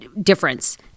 difference